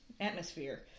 atmosphere